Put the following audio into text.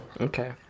Okay